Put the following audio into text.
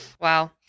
Wow